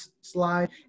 slide